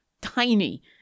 tiny